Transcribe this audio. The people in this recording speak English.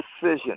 decision